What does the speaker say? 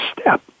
step